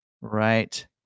Right